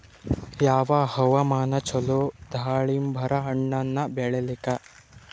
ಯಾವ ಹವಾಮಾನ ಚಲೋ ದಾಲಿಂಬರ ಹಣ್ಣನ್ನ ಬೆಳಿಲಿಕ?